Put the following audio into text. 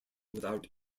without